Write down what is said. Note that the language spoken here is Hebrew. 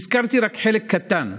הזכרתי רק חלק קטן,